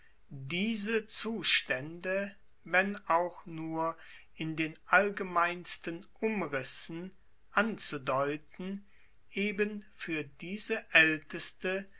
diese zustaende wenn auch nur in den allgemeinsten umrissen anzudeuten eben fuer diese aelteste